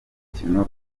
urukino